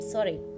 Sorry